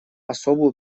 особую